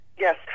Yes